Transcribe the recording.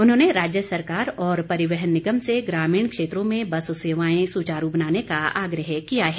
उन्होंने राज्य सरकार और परिवहन निगम से ग्रामीण क्षेत्रों में बस सेवाएं सुचारू बनाने का आग्रह किया है